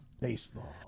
baseball